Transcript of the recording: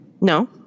No